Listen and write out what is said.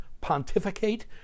pontificate